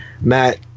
matt